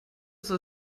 soll